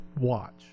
Watch